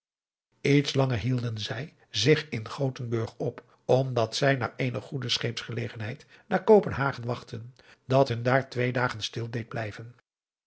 lets langer hielden zij zich in gothenburg op omdat zij naar eene goede scheepsgelegenheid naar kopenhagen wachtten dat hun daar twee dagen stil deed blijven